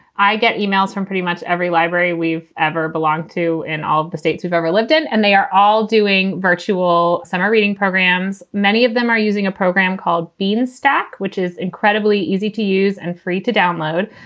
i get emails from pretty much every library we've ever belonged to in all the states we've ever lived in. and they are all doing virtual summer reading programs. many of them are using a program called bienstock, which is incredibly easy to use and free to download.